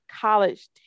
college